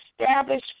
establish